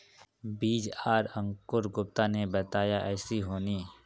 बीज आर अंकूर गुप्ता ने बताया ऐसी होनी?